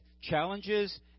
challenges